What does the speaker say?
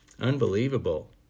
unbelievable